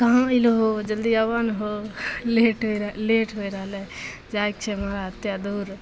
कहाँ अइलहो जल्दी आबऽ ने हौ लेट होइ रहै लेट होइ रहलै जाइ छिअऽ महराज ओतेक दूर